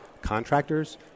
contractors